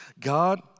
God